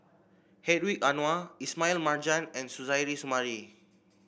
Hedwig Anuar Ismail Marjan and Suzairhe Sumari